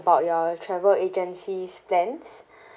about your travel agencies plans